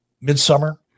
midsummer